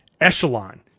Echelon